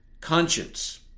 conscience